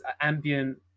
ambient